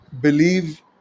believe